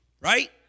Right